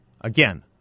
Again